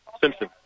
Simpson